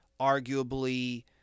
arguably